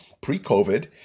pre-COVID